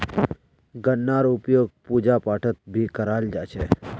गन्नार उपयोग पूजा पाठत भी कराल जा छे